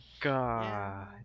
God